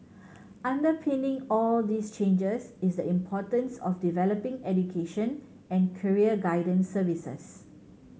underpinning all these changes is the importance of developing education and career guidance services